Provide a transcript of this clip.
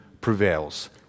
prevails